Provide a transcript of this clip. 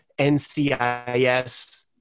NCIS